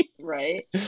Right